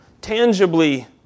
tangibly